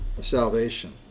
salvation